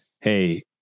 hey